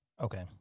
Okay